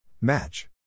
Match